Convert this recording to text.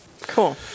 Cool